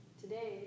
today